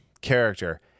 character